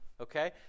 Okay